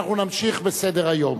אנחנו נמשיך בסדר-היום.